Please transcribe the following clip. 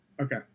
okay